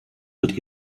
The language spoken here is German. wird